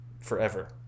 forever